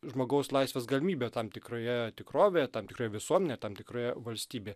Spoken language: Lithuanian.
žmogaus laisvės galimybė tam tikroje tikrovėje tam tikroje visuomenėje tam tikroje valstybėje